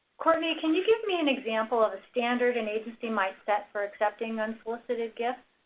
courtney, can you give me an example of a standard an agency might set for accepting unsolicited gifts?